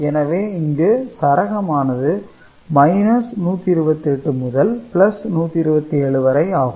எனவே இங்கு சரகமானது 128 முதல் 127 வரை ஆகும்